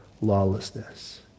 lawlessness